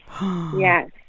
Yes